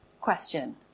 question